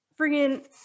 friggin